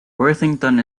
worthington